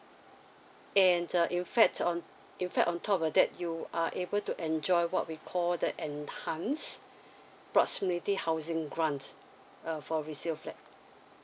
and in fact on in fact on top of that you are able to enjoy what we called the enhance proximity housing grant uh for resale flat